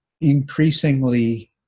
increasingly